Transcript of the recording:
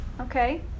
Okay